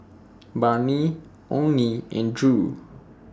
Barnie Onie and Drew